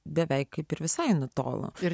beveik kaip ir visai nutolo ir